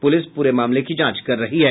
police पूरे मामले की जांच कर रही है